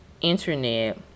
internet